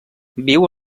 viu